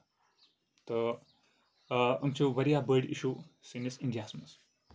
تہٕ آ یِم چھِ واریاہ بٔڑۍ اِشوٗ سٲنِس اِنٛڈیاہَس منٛز